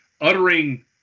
uttering